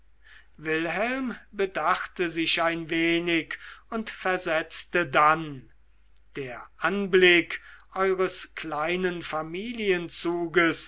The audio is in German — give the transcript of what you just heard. wilhelm bedachte sich ein wenig und versetzte dann der anblick eures kleinen